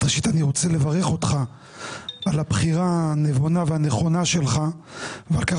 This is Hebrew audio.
ראשית אני רוצה לברך אותך על הבחירה הנבונה והנכונה שלך ועל כך